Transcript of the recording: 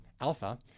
Alpha